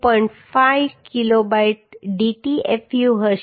5 Kb dtfu હશે